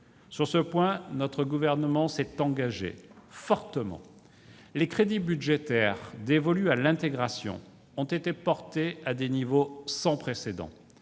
Sur ce point, notre gouvernement s'est engagé fortement. Les crédits budgétaires dévolus à l'intégration ont été portés à des niveaux sans précédent